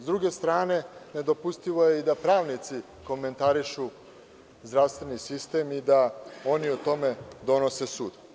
Sa druge strane, nedopustivo je da pravnici komentarišu zdravstveni sistem i da oni o tome donose sud.